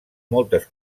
moltes